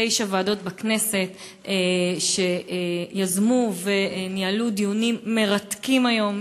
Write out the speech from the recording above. תשע ועדות בכנסת שיזמו וניהלו דיונים מרתקים היום,